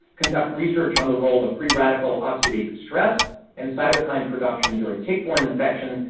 conduct research on the role of free radical oxidative stress and cytokine production during tick-borne infections,